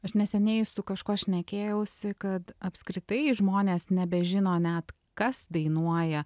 aš neseniai su kažkuo šnekėjausi kad apskritai žmonės nebežino net kas dainuoja